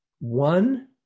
one